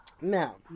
Now